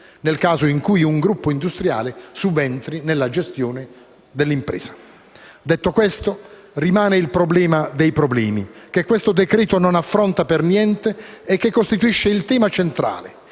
nel caso in cui un gruppo industriale subentri nella gestione dell'impresa. Detto questo, rimane il problema dei problemi, che questo decreto-legge non affronta per niente e che costituisce il tema centrale.